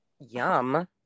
Yum